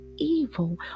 evil